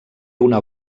una